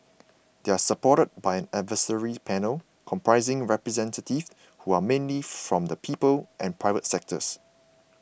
they are supported by an advisory panel comprising representatives who are mainly from the people and private sectors